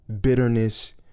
bitterness